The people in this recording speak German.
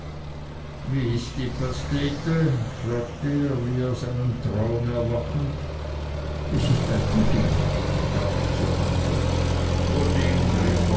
wie ist die pastete fragte er wie aus einem traum erwachend es ist pudding gab ich zur antwort pudding